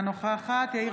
אינה נוכחת יאיר